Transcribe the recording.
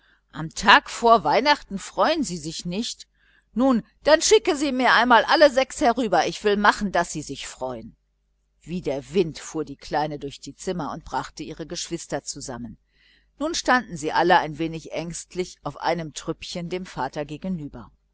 am tag vor weihnachten freuen sie sich nicht nun dann schicke sie mir einmal alle sechs herüber ich will machen daß sie sich freuen wie der wind fuhr die kleine durch die zimmer und brachte ihre geschwister zusammen nun standen sie alle ein wenig ängstlich auf einem trüppchen dem vater gegenüber